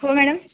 हो मॅडम